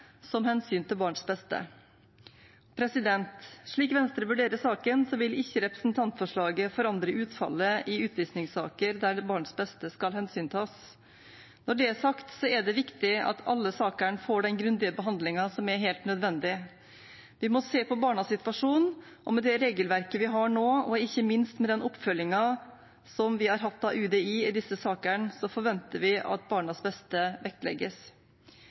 som hensynet til barnets beste. Slik Venstre vurderer saken, vil ikke representantforslaget forandre utfallet i utvisningssaker der barnets beste skal hensyntas. Når det er sagt, er det viktig at alle sakene får den grundige behandlingen som er helt nødvendig. Vi må se på barnas situasjon. Med det regelverket vi har nå, og ikke minst med den oppfølgingen som vi har hatt av UDI i disse sakene, forventer vi at barnets beste vektlegges.